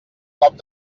cop